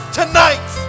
tonight